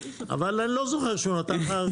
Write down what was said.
אבל אני לא זוכר שהוא נתן לך.